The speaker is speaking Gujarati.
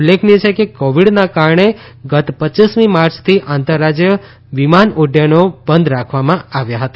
ઉલ્લેખનીય છે કે કોવીડના કારણે ગત રપમી માર્ચથી આંતરરાજય વિમાન ઉડૃયનો બંધ રાખવામાં આવ્યા હતા